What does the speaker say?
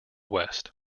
west